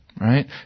right